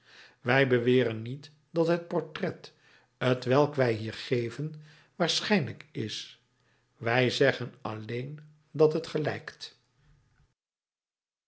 wij beweren niet dat het portret t welk wij hier geven waarschijnlijk is wij zeggen alleen dat het gelijkt